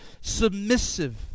submissive